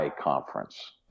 conference